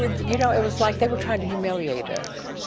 you know, it was like they were trying to humiliate us,